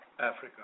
Africa